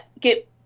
get